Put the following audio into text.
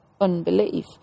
unbelief